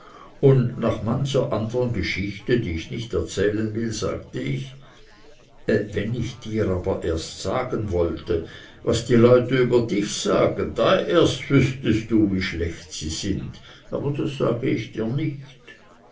und nach mancher andern geschichte die ich nicht erzählen will sagte ich wenn ich dir aber erst sagen wollte was die leute über dich sagen da erst wüßtest du wie schlecht sie sind aber das sage ich dir nicht